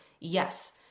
yes